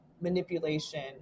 manipulation